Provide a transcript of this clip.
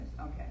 okay